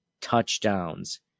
touchdowns